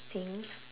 think